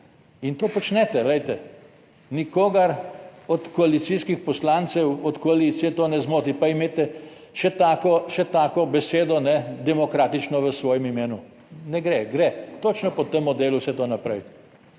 in to počnete. Glejte, nikogar od koalicijskih poslancev, od koalicije to ne zmoti, pa imejte še tako še tako besedo demokratično v svojem imenu, ne gre, gre. Točno po tem modelu vse to naprej.